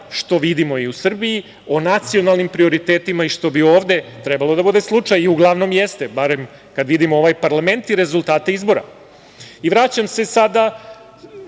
što vidimo i u Srbiji, o nacionalnim prioritetima i što bi ovde trebalo da bude slučaj, i u glavnom, jeste, barem kad vidimo ovaj parlament i rezultate izbora. Vraćam se sada,